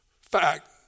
fact